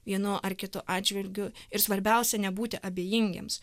vienu ar kitu atžvilgiu ir svarbiausia nebūti abejingiems